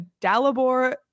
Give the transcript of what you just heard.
Dalibor